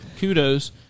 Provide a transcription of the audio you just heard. kudos